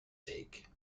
sake